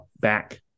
back